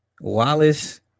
Wallace